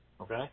okay